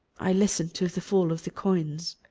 i listened to the fall of the coins.